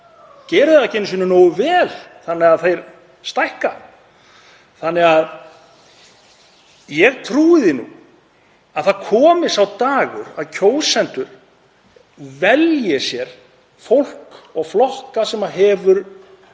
það ekki einu sinni nógu vel þannig að þeir stækka. Ég trúi því nú að það komi sá dagur að kjósendur velji sér fólk og flokka sem hafa